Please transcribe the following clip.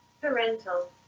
Parental